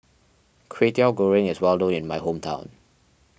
Kwetiau Goreng is well known in my hometown